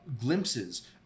glimpses